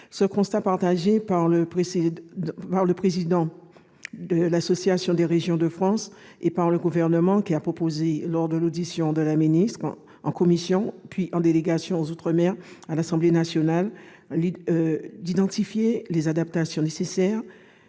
Ce constat, partagé par le président de l'Association des régions de France et par le Gouvernement qui a proposé, lors de l'audition de Mme la ministre par la commission, puis par la délégation aux outre-mer à l'Assemblée nationale, d'identifier les adaptations nécessaires,